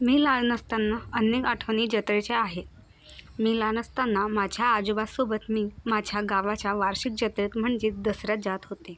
मी लहान असताना अनेक आठवणी जत्रेच्या आहे मी लहान असताना माझ्या आजोबासोबत मी माझ्या गावाच्या वार्षिक जत्रेत म्हणजे दसऱ्यात जात होते